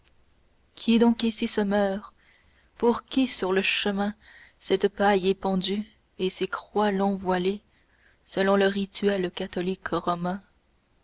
qui donc ici se meurt pour qui sur le chemin cette paille épandue et ces croix long-voilées selon le rituel catholique romain